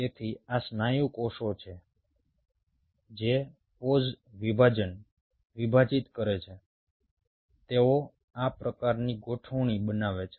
તેથી આ સ્નાયુ કોષો છે જે પોઝ વિભાજનને વિભાજિત કરે છે તેઓ આ પ્રકારની ગોઠવણી બનાવે છે